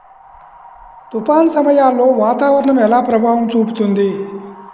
తుఫాను సమయాలలో వాతావరణం ఎలా ప్రభావం చూపుతుంది?